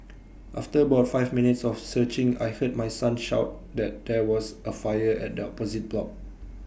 after about five minutes of searching I heard my son shout that there was A fire at the opposite block